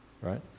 right